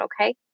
okay